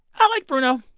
i like bruno.